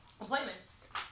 Appointments